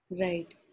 Right